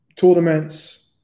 tournaments